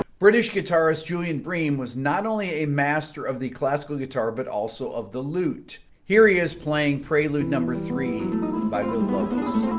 british guitarist julian bream was not only a master of the classical guitar but also of the lute here he is playing prelude number three by the louis